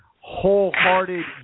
Wholehearted